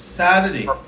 Saturday